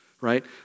right